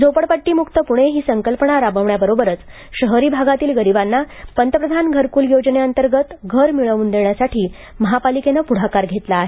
झोपडपट्टीमुक्त पुणे ही संकल्पना राबवण्याबरोबरच शहरी भागातील गरिबांना पंतप्रधान घरकुल योजनेअंतर्गत घर मिळवून देण्यासाठी महापालिकेनं पुढाकार घेतला आहे